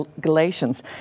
Galatians